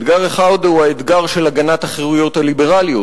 אתגר אחד הוא האתגר של הגנת החירויות הליברליות.